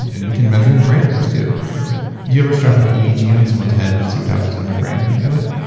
and we can measure in brainwaves too. do you ever strap an eeg on someone's head and see what happens in their brain when they do it?